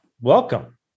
welcome